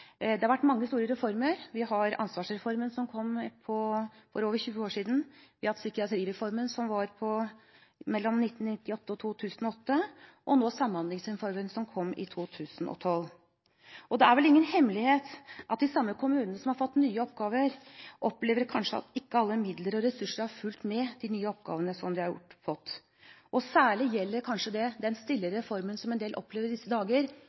Det har vært mange store reformer. Vi har ansvarsreformen, som kom for over 20 år siden, vi har hatt psykiatrireformen, som var mellom 1998 og 2008, og nå Samhandlingsreformen, som kom i 2012. Det er vel ingen hemmelighet at de samme kommunene som har fått nye oppgaver, kanskje opplever at ikke alle midler og ressurser har fulgt med de nye oppgavene de har fått. Særlig gjelder kanskje det den stille reformen som en del opplever i disse dager,